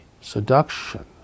seduction